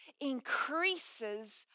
increases